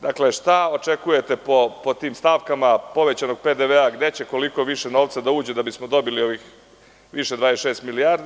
Dakle, šta očekujete po tim stavkama povećanog PDV-a, gde će koliko više novca da uđe da bismo dobili ovih više 26 milijardi?